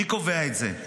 מי קובע את זה?